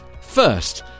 first